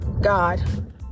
God